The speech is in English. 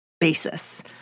basis